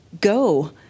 go